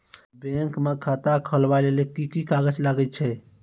Bank म खाता खोलवाय लेली की की कागज लागै छै?